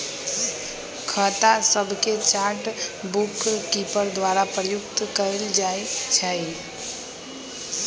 खता सभके chart bookkeeper द्वारा प्रयुक्त कएल जाइ छइ